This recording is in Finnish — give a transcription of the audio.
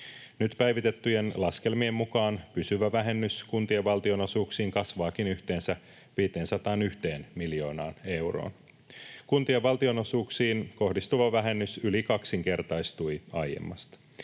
Nyt päivitettyjen laskelmien mukaan pysyvä vähennys kuntien valtionosuuksiin kasvaakin yhteensä 501 miljoonaan euroon. Kuntien valtionosuuksiin kohdistuva vähennys yli kaksinkertaistui aiemmasta,